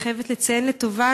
אני חייבת לציין לטובה,